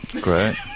Great